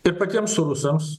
ir patiems rusams